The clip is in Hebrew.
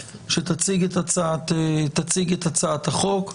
שתציג את הצעת החוק,